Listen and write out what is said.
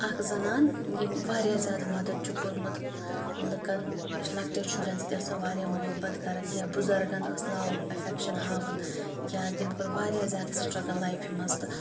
اَکھ زنان یٔمۍ واریاہ زیادٕ مَدد چھُ کوٚرمُت لُکَن لَکٹٮ۪ن شُرٮ۪ن سۭتۍ ٲس سۄ واریاہ محبت کَران یا بُزَرگَن ٲس لَو ایٚفیٚکشَن ہاوان یا تٔمۍ کٔر واریاہ زیادٕ سٹرٛگٕل لایفہِ منٛز تہٕ